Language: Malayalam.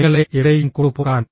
നിങ്ങളെ എവിടെയും കൊണ്ടുപോകാൻ